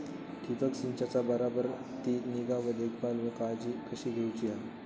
ठिबक संचाचा बराबर ती निगा व देखभाल व काळजी कशी घेऊची हा?